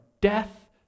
death